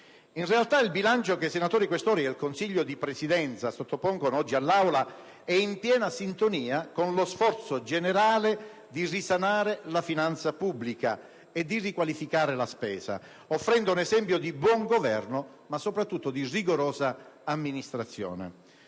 In realtà, il bilancio che i senatori Questori e il Consiglio di Presidenza sottopongono oggi all'Aula è in piena sintonia con lo sforzo generale di risanare la finanza pubblica e di riqualificare la spesa, offrendo un esempio di buon governo, ma soprattutto di rigorosa amministrazione.